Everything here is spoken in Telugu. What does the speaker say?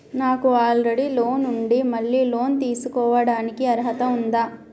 నాకు ఆల్రెడీ లోన్ ఉండి మళ్ళీ లోన్ తీసుకోవడానికి అర్హత ఉందా?